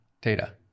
data